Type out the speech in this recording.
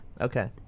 Okay